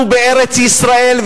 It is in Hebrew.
אנחנו בארץ-ישראל,